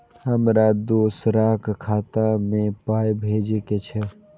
हमरा दोसराक खाता मे पाय भेजे के छै?